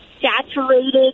saturated